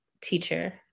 teacher